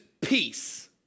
peace